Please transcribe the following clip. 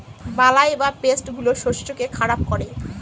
বালাই বা পেস্ট গুলো শস্যকে খারাপ করে